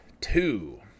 two